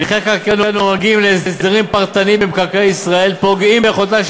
הליכי חקיקה הנוגעים להסדרים פרטניים במקרקעי ישראל פוגעים ביכולתה של